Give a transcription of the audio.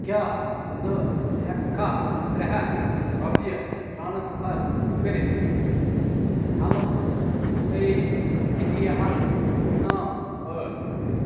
کیٛاہ ژٕ ہٮ۪ککھا ترٛےٚ ہَتھ رۄپیہِ ٹرٛانسفَر کٔرِتھ ہٮ۪لپیج اِنٛڈیاہَس گُمنام پٲٹھۍ